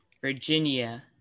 virginia